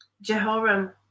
Jehoram